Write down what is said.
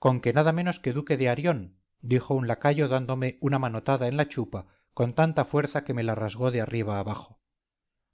conque nada menos que duque de arión dijo un lacayo dándome una manotada en la chupa con tanta fuerza que me la rasgó de arriba abajo